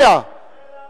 סעיף